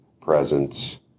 presence